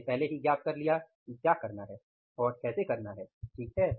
हमने पहले ही ज्ञात कर लिया कि क्या करना है और कैसे करना है ठीक है